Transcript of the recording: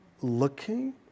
looking